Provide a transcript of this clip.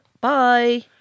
Bye